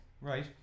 Right